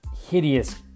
hideous